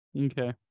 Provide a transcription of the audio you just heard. Okay